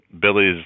Billy's